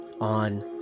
on